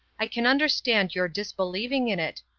i can understand your disbelieving in it,